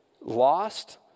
lost